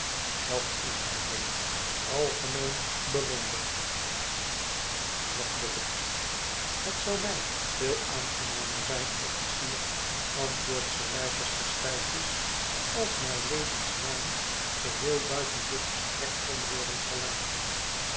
dat is mylady algemeen bewonderd zegt bucket het zou mij veel aangenamer zijn officier antwoordt sir leicester stijfjes als mylady's naam geheel buiten dit gesprek kon worden gelaten